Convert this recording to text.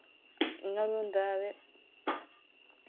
इ'यां बी होंदा ऐ ते